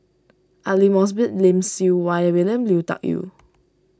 Aidli Mosbit Lim Siew Wai William Lui Tuck Yew